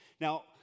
Now